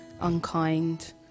unkind